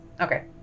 Okay